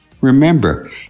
Remember